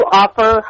offer